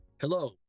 Hello